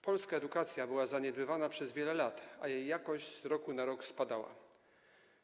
Polska edukacja była zaniedbywana przez wiele lat, a jej jakość z roku na rok obniżała się.